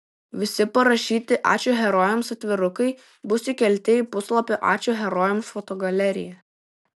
visi parašyti ačiū herojams atvirukai bus įkelti į puslapio ačiū herojams fotogaleriją